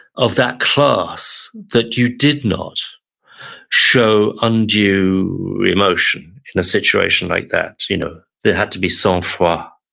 of that class that you did not show undue emotion in a situation like that. you know, there had to be some for,